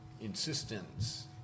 insistence